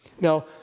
Now